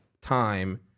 Time